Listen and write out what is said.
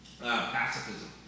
pacifism